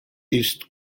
east